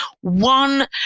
one